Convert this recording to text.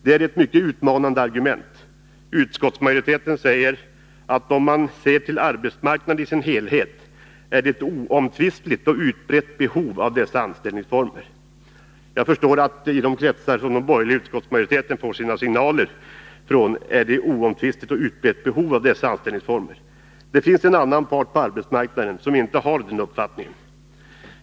Det är ett mycket utmanande argument. Utskottsmajoriteten säger, att om man ser till arbetsmarknaden i sin helhet finns det ett oomtvistligt och utbrett behov av dessa anställningsformer. Jag förstår, att i de kretsar som den borgerliga utskottsmajoriteten får sina ”signaler” ifrån är det ett oomtvistligt och utbrett behov av dessa anställningsformer. Det finns en annan part på arbetsmarknaden som inte har den uppfattningen.